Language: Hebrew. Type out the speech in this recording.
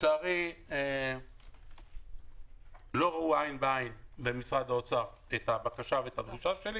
לצערי לא ראו עין בעין במשרד האוצר את הבקשה ואת הדרישה שלי